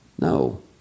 No